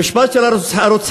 המשפט של הרוצחים,